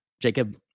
Jacob